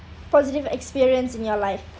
positive experience in your life